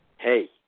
hey